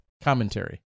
commentary